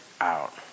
out